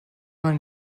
man